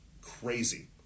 crazy